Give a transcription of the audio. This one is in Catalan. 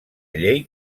llei